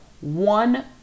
One